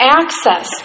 access